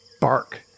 bark